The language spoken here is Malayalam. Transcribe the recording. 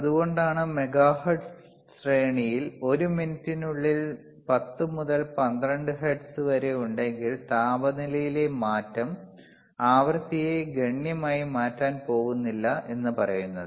അതുകൊണ്ടാണ് മെഗാഹെർട്സ് ശ്രേണിയിൽ 1 മിനിറ്റിനുള്ളിൽ 10 മുതൽ 12 ഹെർട്സ് വരെ ഉണ്ടെങ്കിൽ താപനിലയിലെ മാറ്റം ആവൃത്തിയെ ഗണ്യമായി മാറ്റാൻ പോകുന്നില്ല എന്നു പറയുന്നത്